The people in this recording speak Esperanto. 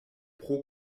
pro